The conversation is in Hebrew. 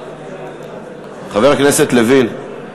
חבר הכנסת לוין, תודה.